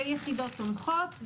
ויחידות תומכות,